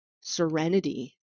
serenity